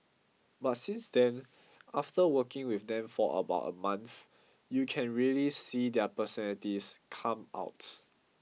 but since then after working with them for about a month you can really see their personalities come out